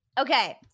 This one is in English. Okay